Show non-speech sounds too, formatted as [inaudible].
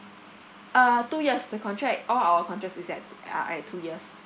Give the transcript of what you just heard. uh two years the contract all our contracts is at [noise] uh at two years